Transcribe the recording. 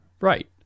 right